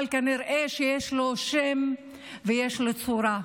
אבל כנראה שיש לו שם ויש לו צורה.